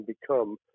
become